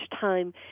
time